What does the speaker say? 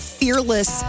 fearless